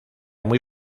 muy